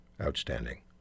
outstanding